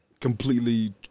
Completely